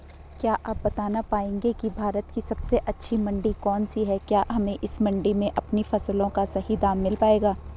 क्या आप बताना पाएंगे कि भारत की सबसे अच्छी मंडी कौन सी है क्या हमें इस मंडी में अपनी फसलों का सही दाम मिल पायेगा?